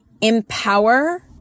empower